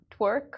twerk